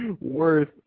worth